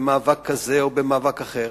במאבק כזה או במאבק אחר,